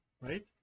right